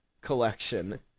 collection